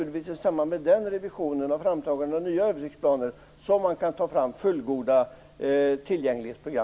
I samband med den revisionen och framtagandet av nya översiktsplaner kan man naturligtvis ta fram fullgoda tillgänglighetsprogram.